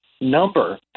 number